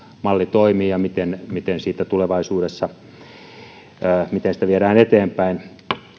malli toimii ja miten miten sitä tulevaisuudessa viedään eteenpäin